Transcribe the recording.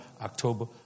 October